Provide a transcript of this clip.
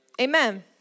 Amen